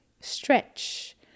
stretch